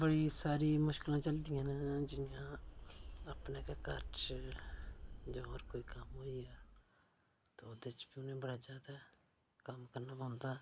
बड़ी सारी मुश्कलां झलदियां न जियां अपने गै घर च जां होर कोई कम्म होई गेआ ते ओह्दे च बी उनें बड़ा ज्यादा कम्म करना पौंदा